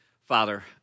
Father